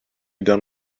done